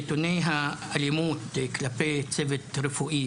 נתוני האלימות כלפי צוות רפואי,